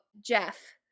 Jeff